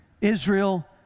Israel